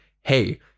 hey